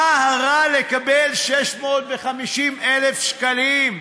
מה רע לקבל 650,000 שקלים?